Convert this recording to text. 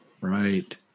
Right